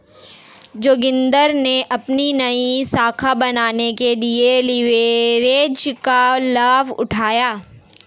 जोगिंदर ने अपनी नई शाखा बनाने के लिए लिवरेज का लाभ उठाया